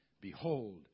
Behold